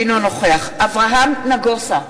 אינו נוכח אברהם נגוסה,